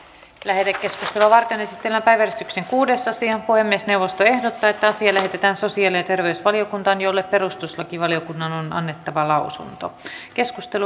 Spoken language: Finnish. lähetekeskustelua varten esitellään everstiksi kuudes asian puhemiesneuvosto ehdottaa että sille pitää terveysvaliokuntaan jolle perustuslakivaliokunnan on annettava lausunto